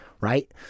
right